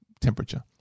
temperature